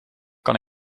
kan